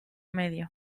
medio